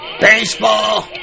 baseball